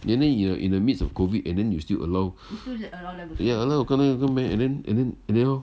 then then you are in the midst of COVID and then you still allow ya allow them to come in and then and then lor